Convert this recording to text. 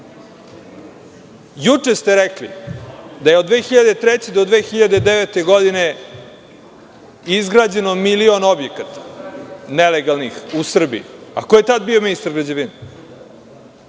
Juče ste rekli da je od 2003. do 2009. godine izgrađeno milion nelegalnih objekata u Srbiji. Ko je tada bio ministar građevine?